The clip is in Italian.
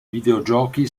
videogiochi